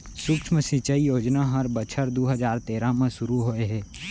सुक्ष्म सिंचई योजना ह बछर दू हजार तेरा म सुरू होए हे